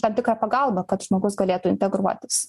tam tikrą pagalbą kad žmogus galėtų integruotis